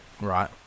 Right